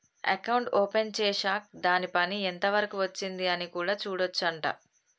account open చేశాక్ దాని పని ఎంత వరకు వచ్చింది అని కూడా చూడొచ్చు అంట